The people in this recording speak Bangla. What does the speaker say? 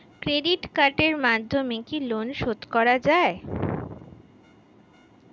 ক্রেডিট কার্ডের মাধ্যমে কি লোন শোধ করা যায়?